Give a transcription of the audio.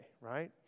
right